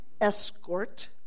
escort